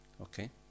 Okay